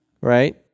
Right